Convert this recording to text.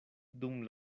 dum